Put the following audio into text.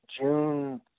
June